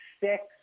six